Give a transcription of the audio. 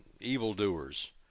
evildoers